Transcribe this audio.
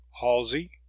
Halsey